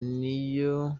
niyo